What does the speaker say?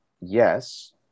yes